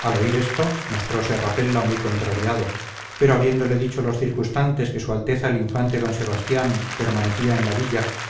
al oír esto mostrose rapella muy contrariado pero habiéndole dicho los circunstantes que su alteza el infante d sebastián permanecía en la villa